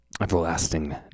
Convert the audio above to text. everlasting